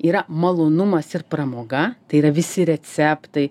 yra malonumas ir pramoga tai yra visi receptai